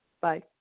Bye